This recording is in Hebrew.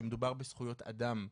שמדובר בזכויות אדם,